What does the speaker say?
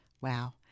Wow